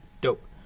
dope